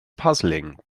puzzling